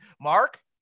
Mark